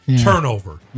turnover